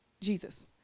Jesus